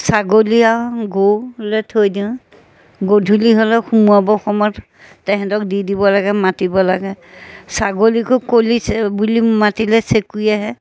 ছাগলী আৰু গৰুলৈ থৈ দিওঁ গধূলি হ'লে সোমোৱাব সময়ত তেহেঁতক দি দিব লাগে মাতিব লাগে ছাগলীকো কলিছে বুলি মাতিলে চেঁকুৰী আহে